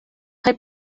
kaj